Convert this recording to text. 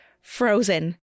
frozen